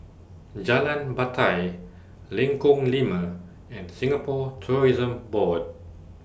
Jalan Batai Lengkong Lima and Singapore Tourism Board